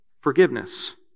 forgiveness